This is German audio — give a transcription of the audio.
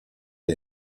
auf